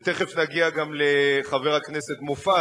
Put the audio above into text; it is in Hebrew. ותיכף נגיע גם לחבר הכנסת מופז,